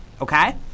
Okay